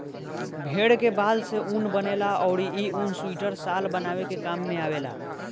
भेड़ के बाल से ऊन बनेला अउरी इ ऊन सुइटर, शाल बनावे के काम में आवेला